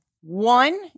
One